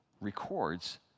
records